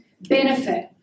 benefit